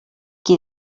qui